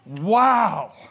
wow